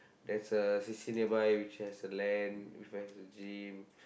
there's a C_C nearby which has a land which has a gym